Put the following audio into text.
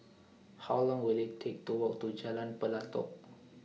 How Long Will IT Take to Walk to Jalan Pelatok